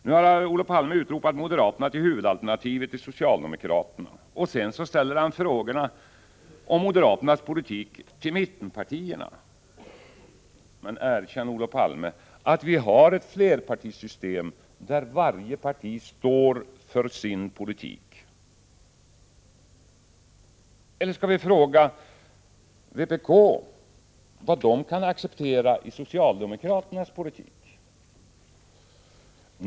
Nu har Olof Palme utropat moderaterna till huvudalternativet till socialdemokraterna, och sedan ställer han frågor om moderaternas politik till mittenpartierna. Men erkänn, Olof Palme, att vi har ett flerpartisystem där varje parti står för sin politik. Eller skall vi fråga vpk vad de kan acceptera i socialdemokraternas politik?